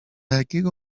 jakiego